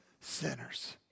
sinners